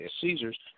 Caesars